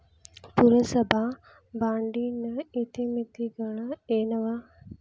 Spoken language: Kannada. ಪುರಸಭಾ ಬಾಂಡಿನ ಇತಿಮಿತಿಗಳು ಏನವ?